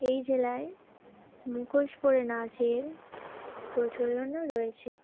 এই জেলায় মুখোশ পরে নাচের প্রচলনও রয়েছে